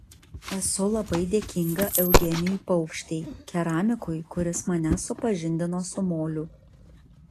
esu labai dėkinga eugenijui paukštei keramikui kuris mane supažindino su moliu